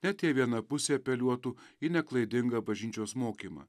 net jei viena pusė apeliuotų į neklaidingą bažnyčios mokymą